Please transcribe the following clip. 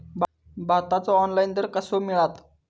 भाताचो ऑनलाइन दर कसो मिळात?